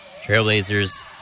Trailblazers